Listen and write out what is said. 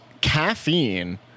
Caffeine